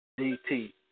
DT